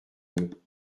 deux